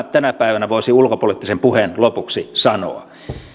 tänä päivänä voisi ulkopoliittisen puheen lopuksi sanoa